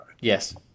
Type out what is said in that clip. Yes